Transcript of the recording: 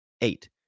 eight